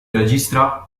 registra